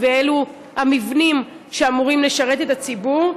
ואלה המבנים שאמורים לשרת את הציבור.